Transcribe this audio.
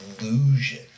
illusion